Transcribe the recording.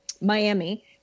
Miami